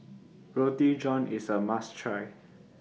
Roti John IS A must Try